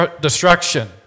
destruction